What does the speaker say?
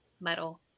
metal